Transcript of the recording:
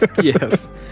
Yes